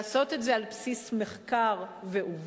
לעשות את זה על בסיס מחקר ועובדות,